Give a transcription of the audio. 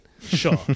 Sure